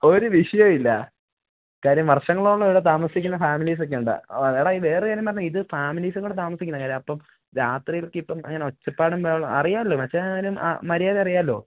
ഒരു വിഷയവുമില്ല കാര്യം വർഷങ്ങളോളം ഇവിടെ താമസിക്കുന്ന ഫാമിലിസ് ഒക്കെയുണ്ട് എടാ വേറൊരു കാര്യം എന്ന് പറഞ്ഞാൽ ഇത് ഫാമിലിസും കൂടെ താമസിക്കുന്ന കാര്യം അപ്പം രാത്രി ഒക്കെ ഇപ്പം അങ്ങനെ ഒച്ചപ്പാടും ബഹളം അറിയാമല്ലോ മച്ചാൻ ആയാലും മര്യാദ അറിയാമല്ലോ